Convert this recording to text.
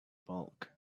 bulk